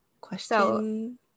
Question